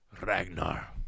Ragnar